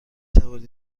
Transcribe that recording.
توانید